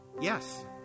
yes